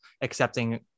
accepting